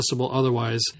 otherwise